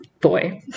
boy